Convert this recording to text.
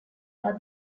but